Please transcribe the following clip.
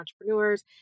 entrepreneurs